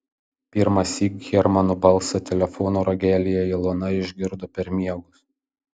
pirmąsyk hermano balsą telefono ragelyje ilona išgirdo per miegus